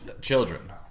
Children